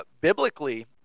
biblically